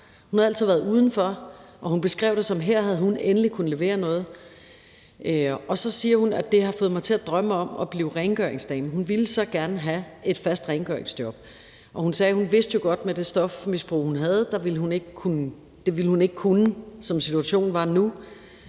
Hun havde altid været udenfor, og hun beskrev det som, at her havde hun endelig kunnet levere noget, og så siger hun, at det havde fået hende til at drømme om at blive rengøringsdame. Hun ville så gerne have et fast rengøringsjob. Hun sagde, at hun jo godt vidste, at med det stofmisbrug, hun havde, ville hun ikke kunne det, som situationen var nu,